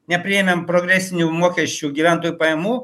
nepriėmėm progresinių mokesčių gyventojų pajamų